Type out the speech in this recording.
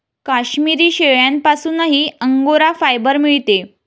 काश्मिरी शेळ्यांपासूनही angora fibre मिळते